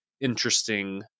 interesting